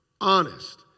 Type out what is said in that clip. honest